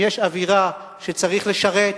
אם יש אווירה שצריך לשרת,